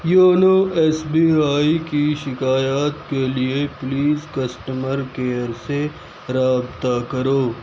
YONO S B I کی شکایات کے لیے پلیز کسٹمر کیئر سے رابطہ کرو